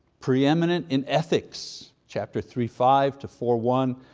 preeminent in ethics, chapter three five to four one.